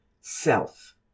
self